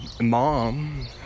mom